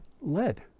lead